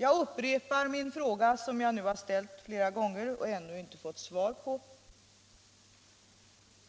Jag upprepar min fråga som jag nu har ställt flera gånger och ännu inte fått svar på: